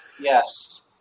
Yes